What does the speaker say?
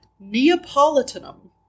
Neapolitanum